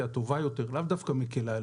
הטובה יותר לאו דווקא מקלה יותר